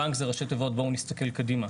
בנק ראשי תיבות "בואו נסתכל קדימה".